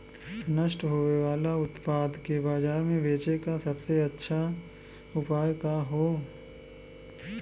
नष्ट होवे वाले उतपाद के बाजार में बेचे क सबसे अच्छा उपाय का हो?